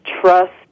trust